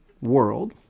world